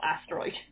asteroid